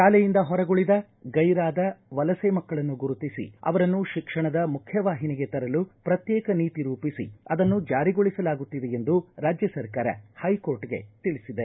ಶಾಲೆಯಿಂದ ಹೊರಗುಳದ ಗೈರಾದ ವಲಸೆ ಮಕ್ಕಳನ್ನು ಗುರುತಿಸಿ ಅವರನ್ನು ಶಿಕ್ಷಣದ ಮುಖ್ಯವಾಹಿನಿಗೆ ತರಲು ಪ್ರತ್ಯೇಕ ನೀತಿ ರೂಪಿಸಿ ಅದನ್ನು ಜಾರಿಗೊಳಿಸಲಾಗುತ್ತಿದೆ ಎಂದು ರಾಜ್ಯ ಸರ್ಕಾರ ಹೈಕೋರ್ಟ್ಗೆ ತಿಳಿಸಿದೆ